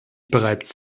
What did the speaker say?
bereits